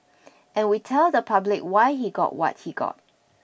and we tell the public why he got what he got